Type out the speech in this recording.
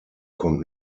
kommt